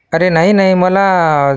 अरे नाही नाही मला